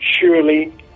surely